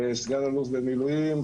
סגן אלוף במילואים,